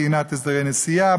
טעינת הסדרי נסיעה,